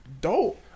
dope